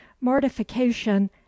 mortification